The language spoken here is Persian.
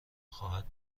خواهد